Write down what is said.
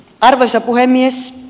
arvoisa puhemies